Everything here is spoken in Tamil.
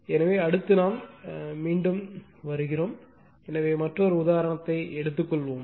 எனவே அடுத்து நாம் மீண்டும் வருகிறோம் எனவே மற்றொரு உதாரணத்தை எடுத்துக்கொள்வோம்